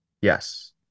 Yes